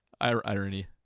Irony